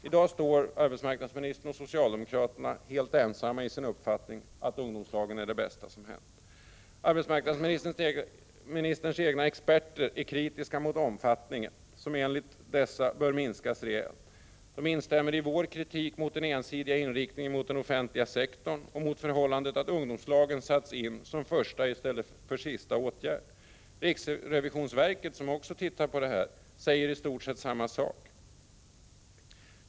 I dag står arbetsmarknadsministern och socialdemokraterna helt ensamma i sin uppfattning att ungdomslagen är det bästa som hänt. Arbetsmarknadsministerns egna experter är kritiska mot omfattningen, som enligt deras uppfattning bör minskas rejält. De instämmer i vår kritik mot den ensidiga inriktningen mot den offentliga sektorn och mot förhållandet att ungdomslagen satts in som första i stället för som sista åtgärd. Riksrevisionsverket, som också tittat på det här, säger i stort sett samma sak.